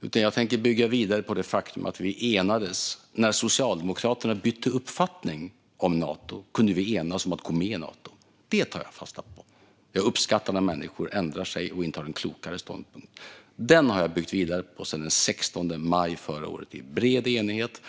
utan jag tänker bygga vidare på det faktum att vi enades. När Socialdemokraterna bytte uppfattning om Nato kunde vi enas om att gå med i Nato. Det tar jag fasta på. Jag uppskattar när människor ändrar sig och intar en klokare ståndpunkt. Den har jag byggt vidare på sedan den 16 maj förra året, i bred enighet.